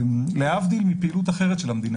להבדיל מפעילות אחרת של המדינה